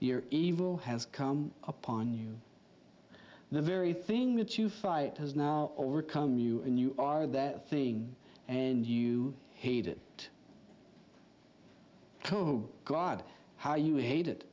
your evil has come upon you the very thing that you fight has now overcome you and you are that thing and you hate it tobe god how you hate it